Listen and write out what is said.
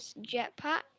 jetpack